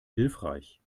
hilfreich